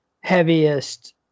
heaviest